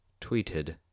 tweeted